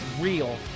real